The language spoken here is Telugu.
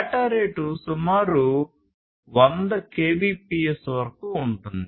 డేటా రేటు సుమారు 100 kbps వరకు ఉంటుంది